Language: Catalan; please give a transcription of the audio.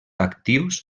actius